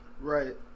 Right